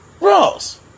Ross